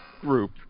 group